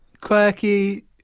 quirky